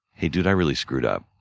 hey, dude, i really screwed up.